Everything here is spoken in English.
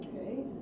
okay